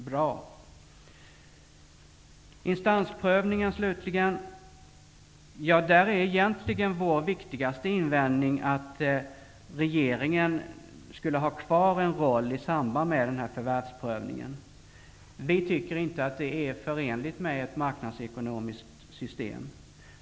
Beträffande instansprövningen, slutligen, är vår viktigaste invändning egentligen att regeringen skulle ha kvar en roll i samband med förvärvsprövningen. Vi tycker inte att det är förenligt med ett marknadsekonomiskt system.